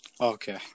Okay